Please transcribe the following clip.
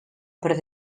per